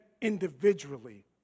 individually